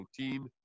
routine